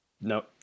no